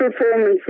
Performance